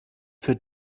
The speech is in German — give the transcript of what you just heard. für